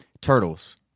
Turtles